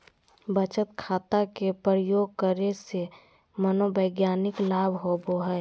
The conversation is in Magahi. बचत खाता के उपयोग करे से मनोवैज्ञानिक लाभ होबो हइ